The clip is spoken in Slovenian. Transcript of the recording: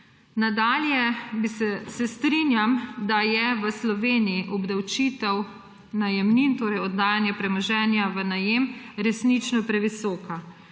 Nadalje se strinjam, da je v Sloveniji obdavčitev najemnin, torej oddajanje premoženja v najem, resnično previsoka.